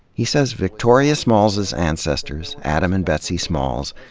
he says victoria smalls's ancestors, adam and betsy smalls,